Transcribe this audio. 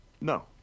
No